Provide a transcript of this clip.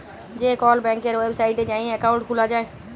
যে কল ব্যাংকের ওয়েবসাইটে যাঁয়ে একাউল্ট খুলা যায়